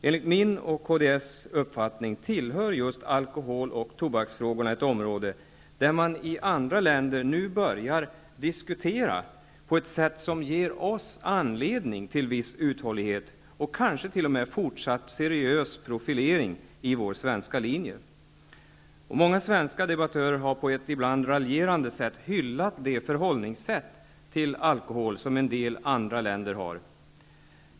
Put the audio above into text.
Enligt min och kds uppfattning tillhör just alkoholoch tobaksfrågorna ett område där man i andra länder nu börjar diskutera på ett sätt som ger oss anledning till viss uthållighet, och kanske t.o.m. fortsatt seriös profilering, i vår svenska linje. Många svenska debattörer har, på ett ibland raljerande sätt, hyllat det förhållningssätt till alkohol som en del andra länder har.